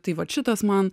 tai vat šitas man